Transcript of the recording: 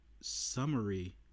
summary